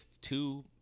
two